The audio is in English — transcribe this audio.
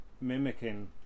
mimicking